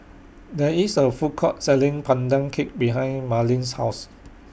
There IS A Food Court Selling Pandan Cake behind Marleen's House